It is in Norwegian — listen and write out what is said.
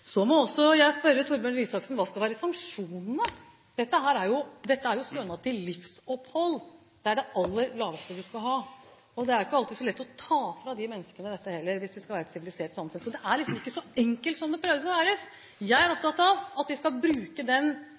Så må jeg også spørre Torbjørn Røe Isaksen: Hva skal være sanksjonene? Dette er jo stønad til livsopphold, det er det aller minste du skal ha, og det er ikke alltid så lett å ta fra disse menneskene dette hvis vi skal være et sivilisert samfunn. Så det er liksom ikke så enkelt som det høres ut. Jeg er opptatt av at vi skal bruke den